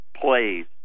plays